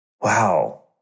wow